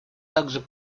также